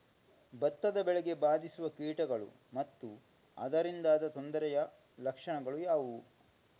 ಭತ್ತದ ಬೆಳೆಗೆ ಬಾರಿಸುವ ಕೀಟಗಳು ಮತ್ತು ಅದರಿಂದಾದ ತೊಂದರೆಯ ಲಕ್ಷಣಗಳು ಯಾವುವು?